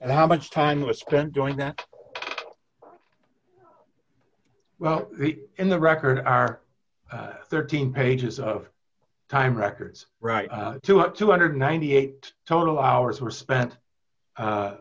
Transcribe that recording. and how much time was spent doing that well in the record our thirteen pages of time records right to have two hundred and ninety eight total hours were spent